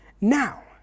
now